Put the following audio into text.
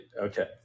Okay